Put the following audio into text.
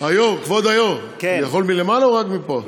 כבוד היושב-ראש, אני יכול מלמעלה או רק מפה?